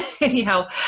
Anyhow